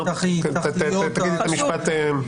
תגידי את המשפט.